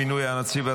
מינוי הנציב),